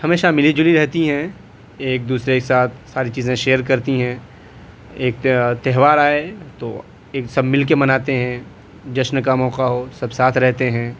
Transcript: ہمیشہ ملی جلی رہتی ہیں ایک دوسرے کے ساتھ ساری چیزیں شیئر کرتی ہیں ایک تہوار آئے تو ان سب مل کے مناتے ہیں جشن کا موقع ہو سب ساتھ رہتے ہیں